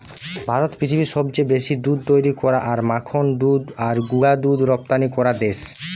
ভারত পৃথিবীর সবচেয়ে বেশি দুধ তৈরী করা আর মাখন দুধ আর গুঁড়া দুধ রপ্তানি করা দেশ